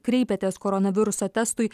kreipiatės koronaviruso testui